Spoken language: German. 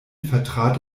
vertrat